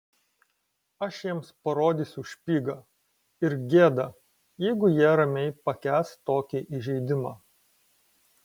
aš jiems parodysiu špygą ir gėda jeigu jie ramiai pakęs tokį įžeidimą